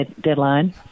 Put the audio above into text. deadline